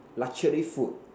luxury food